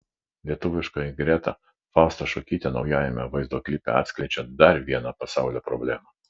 lietuviškoji greta fausta šukytė naujame vaizdo klipe atskleidžia dar vieną pasaulio problemą